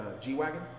G-Wagon